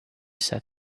said